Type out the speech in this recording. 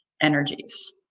energies